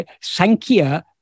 sankhya